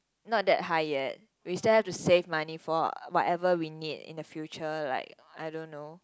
not that high yet we still have to save money for whatever we need in the future like I don't know